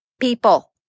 people